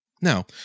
Now